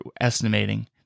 estimating